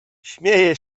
śmieje